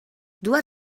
dues